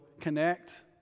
connect